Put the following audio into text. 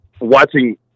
watching